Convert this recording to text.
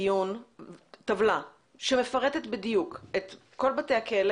הדיון טבלה שמפרטת בדיוק את כל בתי הכלא